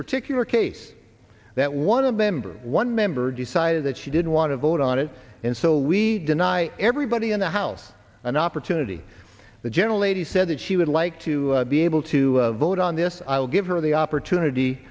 particular case that one a member one member decided that she didn't want to vote on it and so we deny everybody in the house an opportunity the general lady said that she would like to be able to vote on this i will give her the opportunity